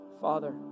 Father